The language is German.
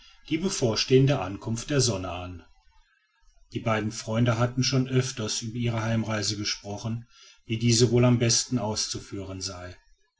die bevorstehende ankunft der sonne an die beiden freunde hatten schon öfters über ihre heimreise gesprochen wie diese wohl am besten auszuführen sei